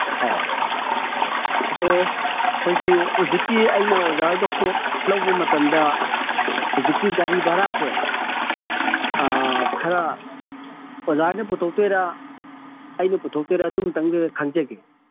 ꯑꯧ ꯑꯗꯣ ꯑꯩꯈꯣꯏꯒꯤ ꯍꯧꯖꯤꯛꯀꯤ ꯑꯩꯅ ꯑꯣꯖꯥ ꯍꯣꯏꯗ ꯄꯣꯠ ꯂꯧꯕ ꯃꯇꯝꯗ ꯍꯧꯖꯤꯛꯀꯤ ꯒꯥꯔꯤ ꯚꯔꯥꯁꯦ ꯈꯔ ꯑꯣꯖꯥ ꯍꯣꯏꯅ ꯄꯨꯊꯣꯛꯇꯣꯏꯔꯥ ꯑꯩꯅ ꯄꯨꯊꯣꯛꯇꯣꯏꯔꯥ ꯑꯗꯨꯝꯇꯪꯒ ꯈꯪꯖꯒꯦ